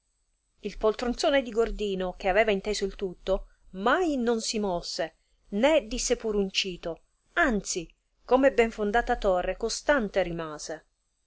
il poltronzone di gordino che aveva inteso il tutto mai non si mosse né disse pur un cito anzi come ben fondata torre costante rimase